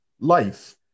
life